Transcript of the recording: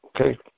Okay